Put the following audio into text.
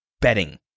betting